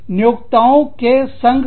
नियोक्ताओं के संघ Employer's associations